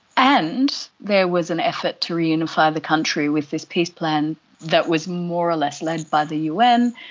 and there was an effort to reunify the country with this peace plan that was more or less led by the un.